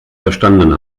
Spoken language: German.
verstanden